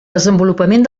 desenvolupament